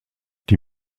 die